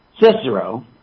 Cicero